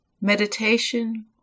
meditation